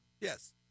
Yes